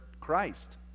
Christ